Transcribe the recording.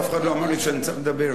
ואף אחד לא אמר לי שאני צריך לדבר.